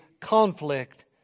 conflict